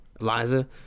Eliza